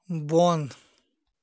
بۄن